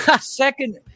Second